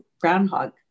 Groundhog